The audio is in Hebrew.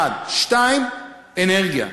2. אנרגיה,